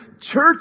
church